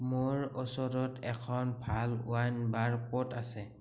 মোৰ ওচৰত এখন ভাল ৱাইন বাৰ ক'ত আছে